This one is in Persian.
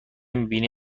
میبینی